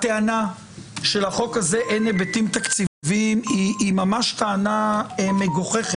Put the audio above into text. הטענה שלחוק הזה אין היבטים תקציביים היא ממש טענה מגוחכת.